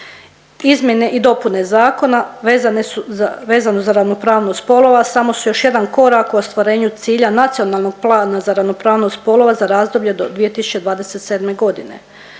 Izmjene i dopune zakona vezane su, vezano za ravnopravnost spolova samo su još jedan korak u ostvarenju cilja Nacionalnog plana za ravnopravnost spolova za razdoblje do 2027. godine.